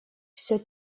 все